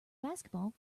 basketball